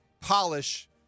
polish